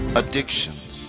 addictions